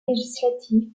législatives